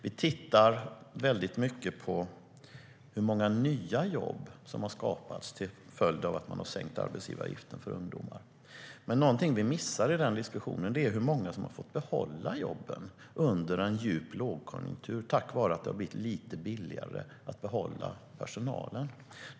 Vi tittar mycket på hur många nya jobb som har skapats till följd av att man har sänkt arbetsgivaravgiften för ungdomar. Men något vi missar i den diskussionen är hur många som har fått behålla jobben under en djup lågkonjunktur tack vare att det har blivit lite billigare att behålla personalen.